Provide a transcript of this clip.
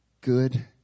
good